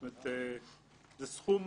זאת אומרת, זה סכום